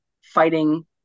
fighting